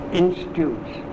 institutes